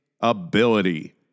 ability